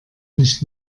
nicht